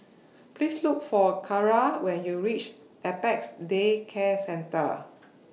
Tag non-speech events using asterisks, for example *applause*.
Please Look For Keara when YOU REACH Apex Day Care Centre *noise*